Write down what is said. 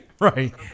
Right